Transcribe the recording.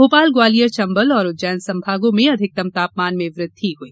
भोपाल ग्वालियर चंबल उज्जैन संभागों में अधिकतम तापमान में वृद्धि हुई